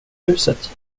huset